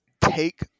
take –